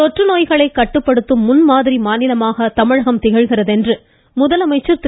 தொற்றுநோய்களை கட்டுப்படுத்தும் முன்மாதிரி மாநிலமாக தமிழகம் திகழ்கிறது என்று முதலமைச்சர் திரு